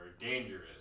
dangerous